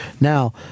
now